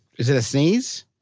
is it a sneeze?